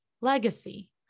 legacy